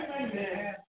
Amen